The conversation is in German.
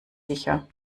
sicher